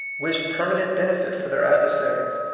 wished permanent benefit for their adversaries,